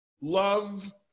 love